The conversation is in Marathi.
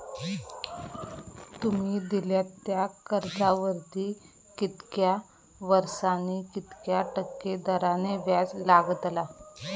तुमि दिल्यात त्या कर्जावरती कितक्या वर्सानी कितक्या टक्के दराने व्याज लागतला?